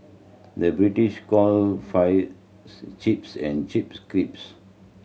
the British call fries chips and chips creeps